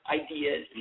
ideas